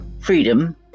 freedom